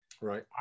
right